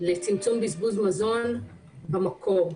לצמצום בזבוז מזון במקור.